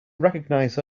recognize